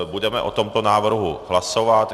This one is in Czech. Budeme o tomto návrhu hlasovat.